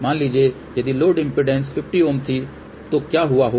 मान लीजिए यदि लोड इम्पीडेन्स 50 Ω थी तो क्या हुआ होगा